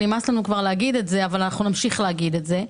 ונמאס לנו כבר להגיד את זה אבל נמשיך להגיד את זה,